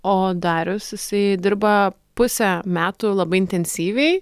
o darius jisai dirba pusę metų labai intensyviai